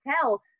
tell